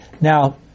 Now